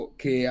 che